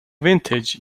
vintage